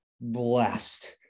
blessed